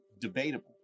Debatable